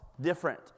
Different